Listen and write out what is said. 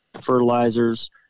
fertilizers